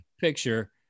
picture